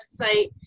website